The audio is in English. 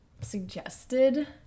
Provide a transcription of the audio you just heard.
suggested